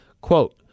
Quote